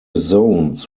zones